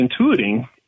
intuiting